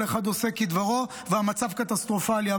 כל אחד עושה כדברו והמצב קטסטרופלי.